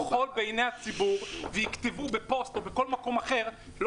חול בעיני הציבור ויכתבו בפוסט או בכל מקום אחר שלא